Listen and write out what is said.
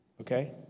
Okay